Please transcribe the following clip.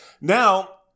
Now